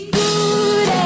good